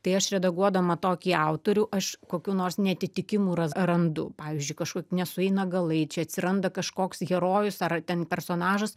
tai aš redaguodama tokį autorių aš kokių nors neatitikimų ras randu pavyzdžiui kažkok nesueina galai čia atsiranda kažkoks herojus ar ten personažas